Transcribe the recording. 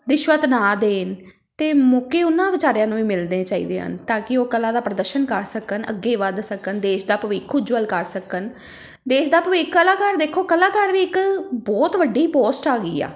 ਰਿਸ਼ਵਤ ਨਾ ਦੇਣ ਤਾਂ ਮੌਕੇ ਉਹਨਾਂ ਵਿਚਾਰਿਆਂ ਨੂੰ ਵੀ ਮਿਲਦੇ ਚਾਹੀਦੇ ਹਨ ਤਾਂ ਕਿ ਉਹ ਕਲਾ ਦਾ ਪ੍ਰਦਰਸ਼ਨ ਕਰ ਸਕਣ ਅੱਗੇ ਵੱਧ ਸਕਣ ਦੇਸ਼ ਦਾ ਭਵਿੱਖ ਉੱਜਵਲ ਕਰ ਸਕਣ ਦੇਸ਼ ਦਾ ਭਵਿੱਖ ਕਲਾਕਾਰ ਦੇਖੋ ਕਲਾਕਾਰ ਵੀ ਇੱਕ ਬਹੁਤ ਵੱਡੀ ਪੋਸਟ ਆ ਗਈ ਆ